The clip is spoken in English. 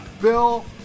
Bill